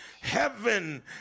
heaven